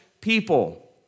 people